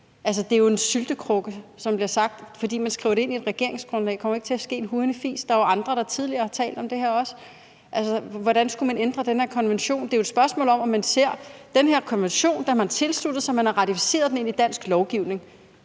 Det er jo en syltekrukke, som det blev sagt. Selv om man skriver det ind i et regeringsgrundlag, betyder det jo ikke, at der kommer til at ske en hujende fis. Der er jo også andre, der tidligere har talt om det her. Hvordan skulle man ændre den her konvention? Den her konvention har man tilsluttet sig. Man har ratificeret den ind i dansk lovgivning.